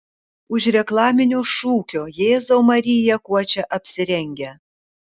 už reklaminio šūkio jėzau marija kuo čia apsirengę